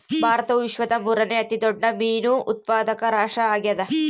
ಭಾರತವು ವಿಶ್ವದ ಮೂರನೇ ಅತಿ ದೊಡ್ಡ ಮೇನು ಉತ್ಪಾದಕ ರಾಷ್ಟ್ರ ಆಗ್ಯದ